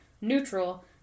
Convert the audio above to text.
neutral